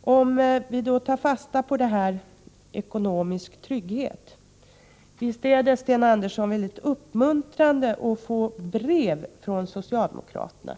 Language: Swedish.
Om vi då tar fasta på begreppet ekonomisk trygghet så visst är det, Sten Andersson, mycket uppmuntrande att få brev från socialdemokraterna.